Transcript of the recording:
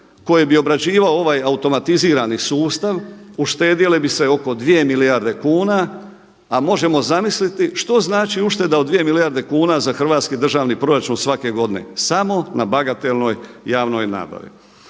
koje bi obrađivao ovaj automatizirani sustav uštedjelo bi se oko 2 milijarde kuna, a možemo zamisliti što znači ušteda od 2 milijarde kuna za hrvatski državni proračun svaki godine samo na bagatelnoj javnoj nabavi.